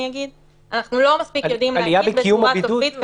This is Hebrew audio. אני אגיד אנחנו לא מספיק יודעים להגיד בצורה סופית כרגע.